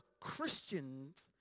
Christians